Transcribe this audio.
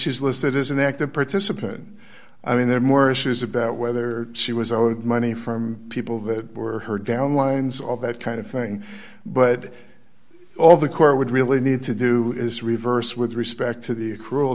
she's listed as an active participant i mean there are more issues about whether she was owed money from people that were her down lines all that kind of thing but all the court would really need to do is reverse with respect to the accru